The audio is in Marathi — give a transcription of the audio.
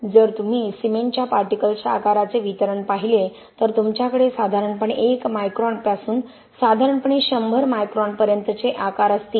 जर तुम्ही सिमेंटच्या पार्टिकल्स च्या आकाराचे वितरण पाहिले तर तुमच्याकडे साधारणपणे 1 मायक्रॉनपासून साधारणपणे 100 मायक्रॉनपर्यंतचे आकार असतील